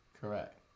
Correct